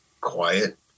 quiet